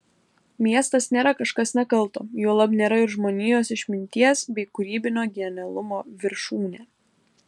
miestas nėra kažkas nekalto juolab nėra ir žmonijos išminties bei kūrybinio genialumo viršūnė